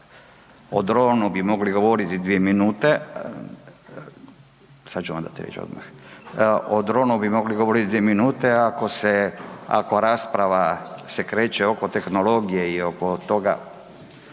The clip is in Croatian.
o dronu bi mogli govoriti 2 minute ako se, ako rasprava se kreće oko tehnologije i oko toga